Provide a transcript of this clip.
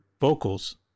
vocals